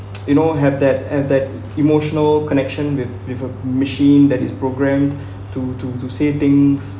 you know have that have that emotional connection with with a machine that is programmed to to to say things